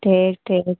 ठीक ठीक